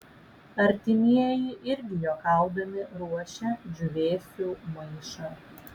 artimieji irgi juokaudami ruošia džiūvėsių maišą